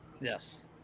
Yes